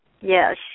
Yes